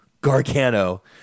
Gargano